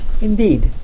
indeed